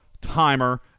Timer